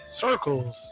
Circles